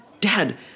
dad